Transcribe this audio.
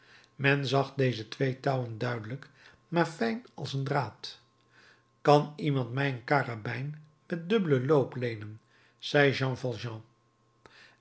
men zag deze twee touwen duidelijk maar fijn als een draad kan iemand mij een karabijn met dubbelen loop leenen zei jean